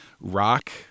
rock